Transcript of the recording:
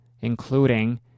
including